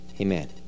Amen